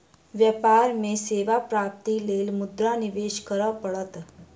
व्यापार में सेवा प्राप्तिक लेल मुद्रा निवेश करअ पड़त